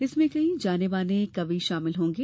इसमें कई जाने माने कवि शामिल होंगे